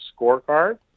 scorecard